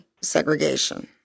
segregation